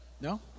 No